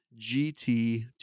GT